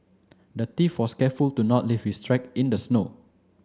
the thief was careful to not leave his track in the snow